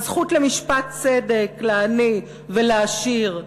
הזכות למשפט צדק לעני ולעשיר,